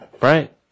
right